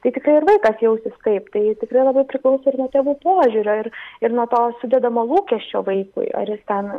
tai tikrai ir vaikas jausis kaip tai tikrai labai priklauso ir nuo tėvų požiūrio ir ir nuo to sudedamo lūkesčio vaikui ar jis ten